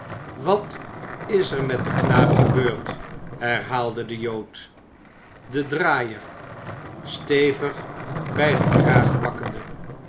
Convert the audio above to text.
wat is er met den knaap gebeurd herhaalde de jood den draaier stevig bij den kraag pakkende